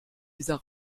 dieser